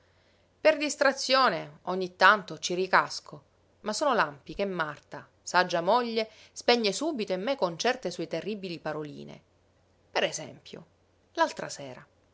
per distrazione ogni tanto ci ricasco ma sono lampi che marta saggia moglie spegne subito in me con certe sue terribili paroline per esempio l'altra sera